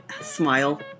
smile